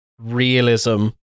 realism